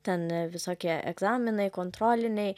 ten visokie egzaminai kontroliniai